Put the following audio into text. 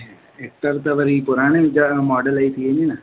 Hector त वरी पुराणे वीचार मॉडल जी थी वेंदी न